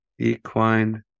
Equine